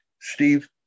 Steve